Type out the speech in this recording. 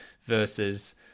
versus